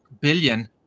billion